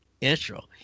intro